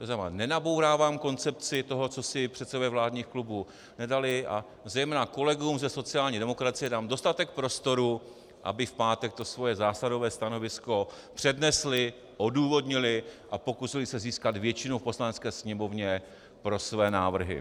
To znamená, nenabourávám koncepci toho, co si předsedové vládních klubů nedali, a zejména kolegům ze sociální demokracie dám dostatek prostoru, aby v pátek to svoje zásadové stanovisko přednesli, odůvodnili a pokusili se získat většinu v Poslanecké sněmovně pro své návrhy.